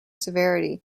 severity